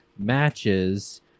Matches